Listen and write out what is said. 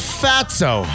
fatso